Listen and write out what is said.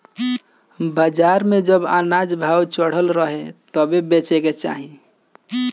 बाजार में जब अनाज भाव चढ़ल रहे तबे बेचे के चाही